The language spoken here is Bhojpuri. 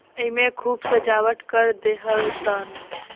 एईमे खूब सजावट कर देहलस